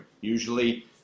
Usually